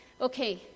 Okay